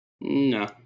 No